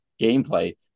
gameplay